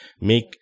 make